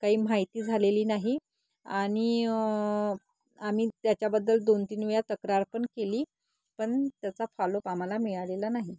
काही माहिती झालेली नाही आणि आम्ही त्याच्याबद्दल दोन तीन वेळा तक्रार पण केली पण त्याचा फॉलोप आम्हाला मिळालेला नाही